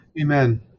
Amen